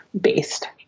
based